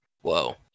whoa